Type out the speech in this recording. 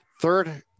third